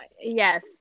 Yes